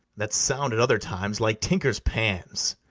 that sound at other times like tinkers' pans!